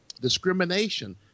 discrimination